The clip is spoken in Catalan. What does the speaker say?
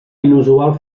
inusual